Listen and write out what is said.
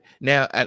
now